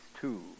two